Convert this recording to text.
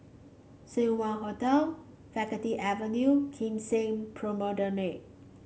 Seng Wah Hotel Faculty Avenue Kim Seng Promenade